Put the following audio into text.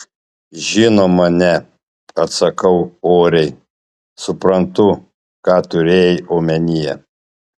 žinoma ne atsakau oriai suprantu ką turėjai omenyje